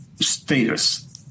status